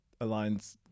aligns